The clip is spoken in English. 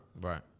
Right